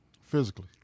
Physically